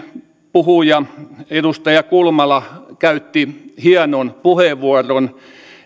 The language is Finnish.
puhuja edustaja kulmala käytti hienon puheenvuoron